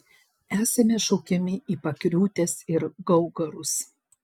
esame šaukiami į pakriūtes ir gaugarus